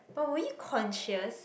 but were you conscious